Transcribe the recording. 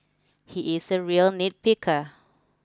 he is a real nitpicker